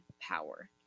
power